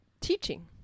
teaching